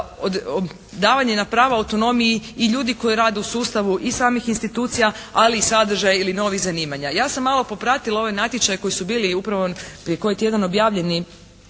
davanje na prava autonomiji i ljudi koji rade u sustavu i samih institucija ali i sadržaja ili novih zanimanja. Ja sam malo popratila ovaj natječaj koji su bili i upravo prije koji tjedan objavljeni